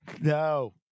No